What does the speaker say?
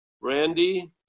Randy